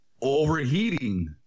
overheating